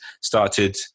started